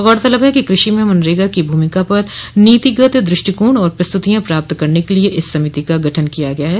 गौरतलब है कि कृषि में मनरेगा को भूमिका पर नीतिगत दृष्टिकोण और प्रस्तुतियां प्राप्त करने के लिए इस समिति का गठन किया गया है